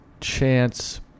chance